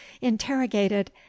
interrogated